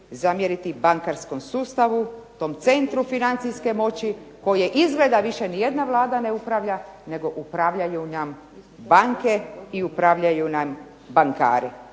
zamjeriti bankarskom sustavu tom centru financijske moći koji izgleda više nijedna vlada ne upravlja, nego upravljaju nam banke i upravljaju nam bankari.